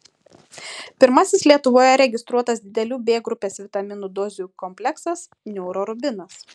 pirmasis lietuvoje registruotas didelių b grupės vitaminų dozių kompleksas neurorubinas